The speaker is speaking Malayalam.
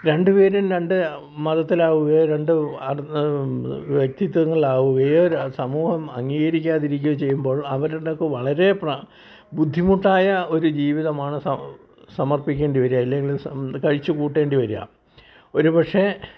രണ്ടുപേ രും രണ്ട് മതത്തിലാവുകയും രണ്ട് വ്യക്തിത്വങ്ങളാവുകയും സമൂഹം അംഗികരിക്കാതിരിക്കുകയും ചെയ്യുമ്പോൾ അവരുടെ ഒക്കെ വളരെ ബുദ്ധിമുട്ടായ ജിവിതമാണ് സമർപ്പിക്കേണ്ടി വരിക ഇല്ലെങ്കിൽ കഴിച്ചു കൂട്ടേണ്ടി വരിക ഒരു പക്ഷെ